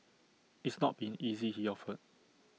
it's not been easy he offered